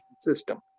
system